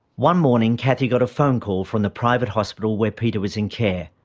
one morning cathy got a phone call from the private hospital where peter was in care.